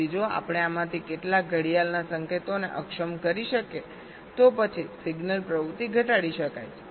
તેથી જો આપણે આમાંથી કેટલાક ઘડિયાળના સંકેતોને અક્ષમ કરી શકીએ તો પછી સિગ્નલ એક્ટિવિટી ઘટાડી શકાય છે